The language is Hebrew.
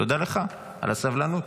תודה לך על הסבלנות.